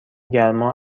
گرما